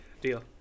deal